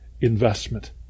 investment